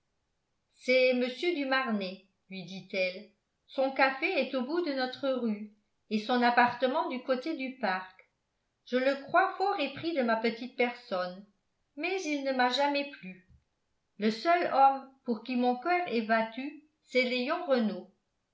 c'est mr du marnet lui dit-elle son café est au bout de notre rue et son appartement du côté du parc je le crois fort épris de ma petite personne mais il ne m'a jamais plu le seul homme pour qui mon coeur ait battu c'est léon renault